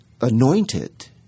anointed